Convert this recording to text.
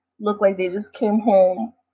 look-like-they-just-came-home